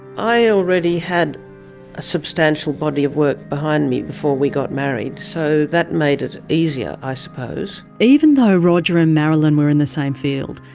i already had a substantial body of work behind me before we got married, so that made it easier i suppose. even though roger and um marilyn were in the same field,